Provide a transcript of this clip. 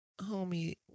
homie